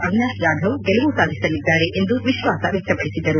ಅವಿನಾಶ್ ಜಾಧವ್ ಗೆಲುವು ಸಾಧಿಸಲಿದ್ದಾರೆ ಎಂದು ಅವರು ವಿಶ್ವಾಸ ವ್ಯಕ್ತಪಡಿಸಿದರು